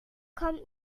kommt